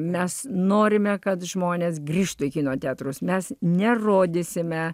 mes norime kad žmonės grįžtų į kino teatrus mes nerodysime